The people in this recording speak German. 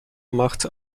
machte